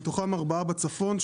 מתוכם ארבעה בצפון,